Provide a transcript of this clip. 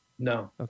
No